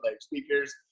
speakers